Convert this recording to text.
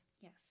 Yes